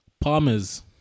Palmer's